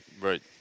Right